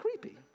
creepy